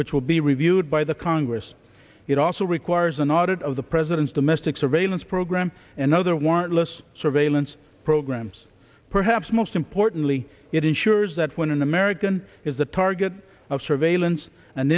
which will be reviewed by the congress it also requires an audit of the president's domestic surveillance program and other warrantless surveillance programs perhaps most importantly it ensures that when an american is the target of surveillance an